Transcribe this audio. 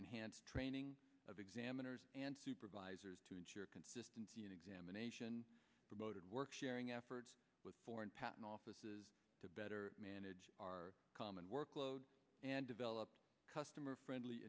enhanced training of examiners and supervisors to ensure consistency and examination promoted work sharing efforts with foreign patent offices to better manage our common workload and develop customer friendly